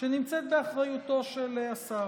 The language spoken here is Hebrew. שנמצא באחריותו של השר,